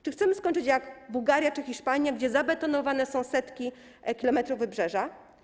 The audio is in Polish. Czy chcemy skończyć jak Bułgaria czy Hiszpania, gdzie zabetonowane są setki kilometrów wybrzeża?